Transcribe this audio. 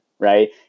right